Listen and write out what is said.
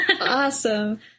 Awesome